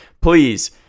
Please